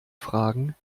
fragen